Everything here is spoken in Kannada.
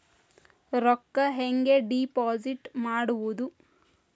ರೊಕ್ಕ ಹೆಂಗೆ ಡಿಪಾಸಿಟ್ ಮಾಡುವುದು?